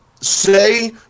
say